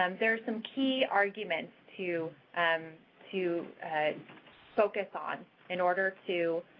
um there are some key arguments to um to focus on in order to